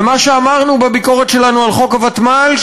ומה שאמרנו בביקורת שלנו על חוק הוותמ"ל,